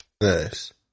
Nice